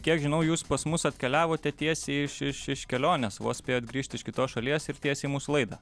kiek žinau jūs pas mus atkeliavote tiesiai iš iš iš kelionės vos spėjot grįžt iš kitos šalies ir tiesiai į mūsų laida